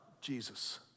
Jesus